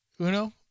Uno